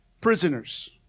prisoners